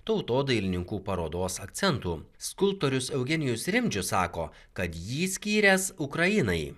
tautodailininkų parodos akcentų skulptorius eugenijus rimdžius sako kad jį skyręs ukrainai